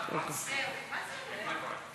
2016,